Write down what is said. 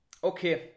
Okay